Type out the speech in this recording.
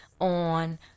on